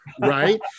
right